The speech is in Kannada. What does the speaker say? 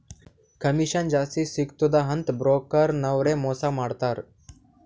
ಕಮಿಷನ್ ಜಾಸ್ತಿ ಸಿಗ್ತುದ ಅಂತ್ ಬ್ರೋಕರ್ ನವ್ರೆ ಮೋಸಾ ಮಾಡ್ತಾರ್